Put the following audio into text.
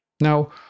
Now